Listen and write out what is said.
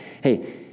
hey